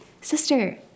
Sister